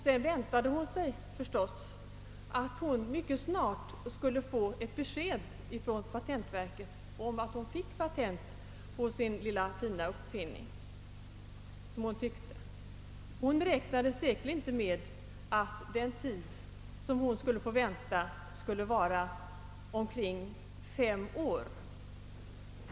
Hon väntade sig förstås att hon mycket snart skulle få ett besked från patentverket om att hon hade fått patent på sin, som hon tyckte, lilla fina uppfinning. Hon räknade säkerligen inte med att hon skulle behöva vänta omkring fem år.